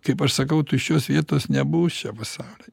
kaip aš sakau tuščios vietos nebūs šiam pasauly